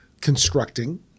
constructing